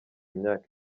myaka